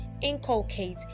inculcate